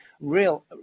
real